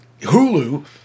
Hulu